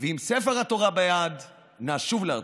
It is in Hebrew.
ועם ספר התורה ביד נשוב לארצנו.